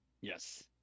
Yes